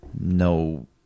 no